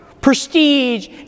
prestige